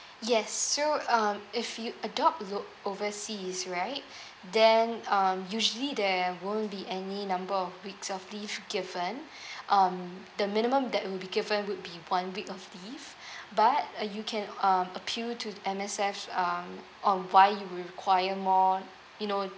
yes so um if you adopt lo! overseas right then uh usually there won't be any number of weeks of leave given um the minimum that will be given would be one week of leave but uh you can uh appeal to M_S_F um on why you require more you know